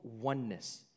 oneness